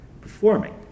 performing